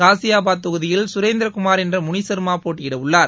ஜாசியாபாத் தொகுதியில் சுரேந்திர குமார் என்ற முனிசர்மா போட்டியிட உள்ளார்